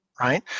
right